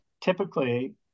Typically